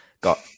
got